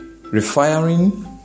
Refiring